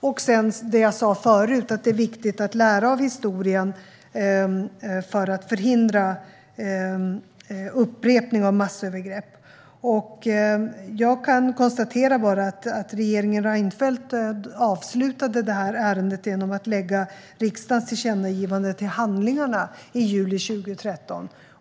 Och, som jag sa förut, det är viktigt att lära av historien för att förhindra upprepning av massövergrepp. Jag kan bara konstatera att regeringen Reinfeldt avslutade detta ärende genom att lägga riksdagens tillkännagivande till handlingarna i juli 2013.